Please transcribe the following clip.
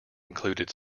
included